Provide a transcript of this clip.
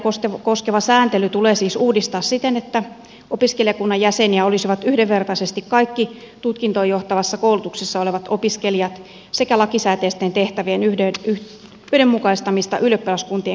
opiskelijakuntia koskeva sääntely tulee siis uudistaa siten että opiskelijakunnan jäseniä olisivat yhdenvertaisesti kaikki tutkintoon johtavassa koulutuksessa olevat opiskelijat sekä lakisääteisten tehtävien yhdenmukaistamisella ylioppilaskuntien kanssa